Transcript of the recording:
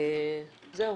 זהו.